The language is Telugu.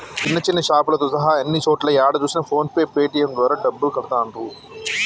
చిన్న చిన్న షాపులతో సహా అన్ని చోట్లా ఏడ చూసినా ఫోన్ పే పేటీఎం ద్వారా డబ్బులు కడతాండ్రు